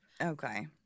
Okay